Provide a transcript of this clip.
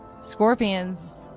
scorpions